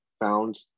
found